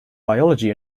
biology